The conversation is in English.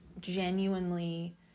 genuinely